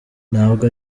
ntabwo